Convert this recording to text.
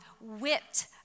whipped